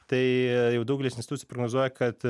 tai jau daugelis institucijų prognozuoja kad